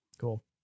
Cool